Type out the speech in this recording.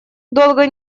долго